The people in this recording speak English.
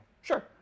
Sure